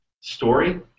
story